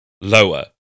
Lower